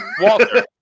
Walter